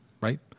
right